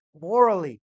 morally